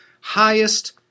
highest